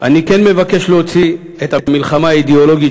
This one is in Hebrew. אני כן מבקש להוציא את המלחמה האידיאולוגית